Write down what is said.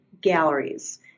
galleries